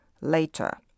later